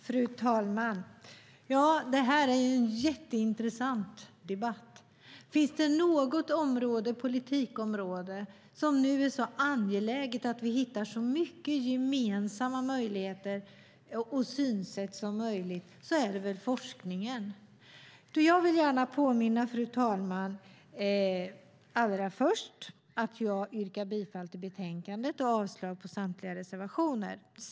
Fru talman! Det här är en mycket intressant debatt. Finns det något politikområde där det är angeläget att vi hittar så många gemensamma synsätt som möjligt är det väl forskningen. Fru talman! Jag vill först yrka bifall till förslaget i betänkandet och avslag på samtliga reservationer.